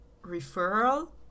referral